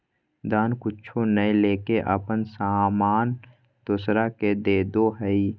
दान कुछु नय लेके अपन सामान दोसरा के देदो हइ